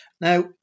now